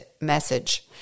message